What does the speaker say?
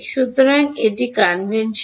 সুতরাং এটি কনভেনশন